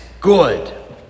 good